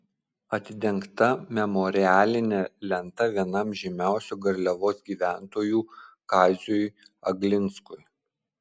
atidengta memorialinė lenta vienam žymiausių garliavos gyventojų kaziui aglinskui